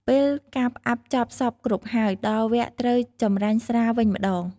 ពេលការផ្អាប់ចប់សព្វគ្រប់ហើយ ដល់វគ្គត្រូវចម្រាញ់ស្រាវិញម្ដង។